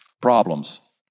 Problems